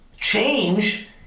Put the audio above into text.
Change